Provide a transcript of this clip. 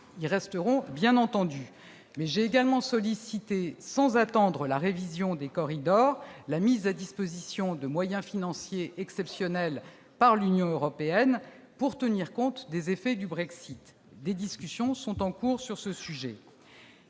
y resteront. J'ai également sollicité, sans attendre la révision des corridors, la mise à disposition de moyens financiers exceptionnels par l'Union européenne pour tenir compte des effets du Brexit. Des discussions sont en cours sur ce sujet.